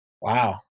wow